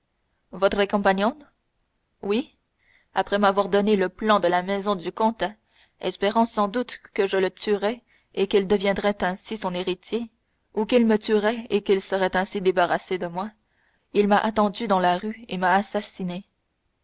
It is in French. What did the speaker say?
votre compagnon oui après m'avoir donné le plan de la maison du comte espérant sans doute que je le tuerais et qu'il deviendrait ainsi son héritier ou qu'il me tuerait et qu'il serait ainsi débarrassé de moi il m'a attendu dans la rue et m'a assassiné